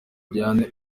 diane